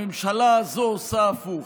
הממשלה הזאת עושה הפוך: